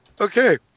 Okay